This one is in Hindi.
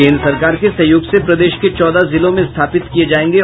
केंद्र सरकार के सहयोग से प्रदेश के चौदह जिलों में स्थापित किये जायेंगे